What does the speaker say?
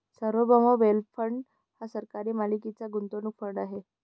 सार्वभौम wealth fund हा सरकारी मालकीचा गुंतवणूक फंड आहे